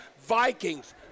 Vikings